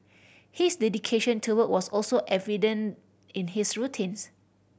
his dedication to work was also evident in his routines